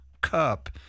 cup